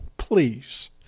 Please